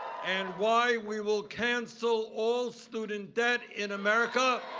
and why we will cancel all student debt in america,